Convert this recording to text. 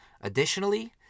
Additionally